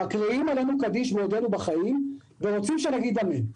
מקריאים עלינו קדיש בעודנו בחיים ורוצים שנגיד אמן.